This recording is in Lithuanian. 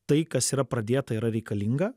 tai kas yra pradėta yra reikalinga